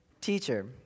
Teacher